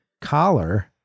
collar